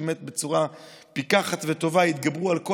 שבאמת בצורה פיקחית וטובה התגברו על כל